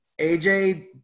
AJ